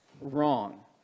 wrong